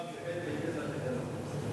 לא, זה מחווה מיוחדת בהתאם לתקנון.